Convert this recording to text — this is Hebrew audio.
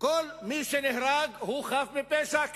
כל מי שנהרג הוא חף מפשע,